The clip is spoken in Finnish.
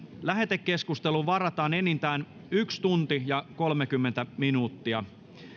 lähetekeskusteluun varataan enintään yksi tunti ja kolmekymmentä minuuttia